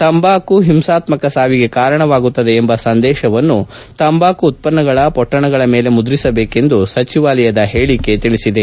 ತಂಬಾಕು ಹಿಂಸಾತ್ಸಕ ಸಾವಿಗೆ ಕಾರಣವಾಗುತ್ತದೆ ಎಂಬ ಸಂದೇಶವನ್ನು ತಂಬಾಕು ಉತ್ಪನ್ನಗಳ ಪೊಟ್ಟಣಗಳ ಮೇಲೆ ಮುದ್ರಿಸಬೇಕೆಂದು ಹೇಳಕೆ ತಿಳಿಸಿದೆ